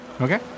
okay